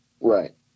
Right